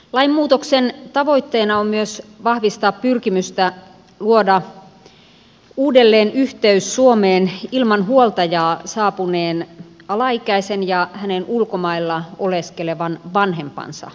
lainmuutoksen tavoitteena on myös vahvistaa pyrkimystä luoda uudelleen yhteys suomeen ilman huoltajaa saapuneen alaikäisen ja hänen ulkomailla oleskelevan vanhempansa välille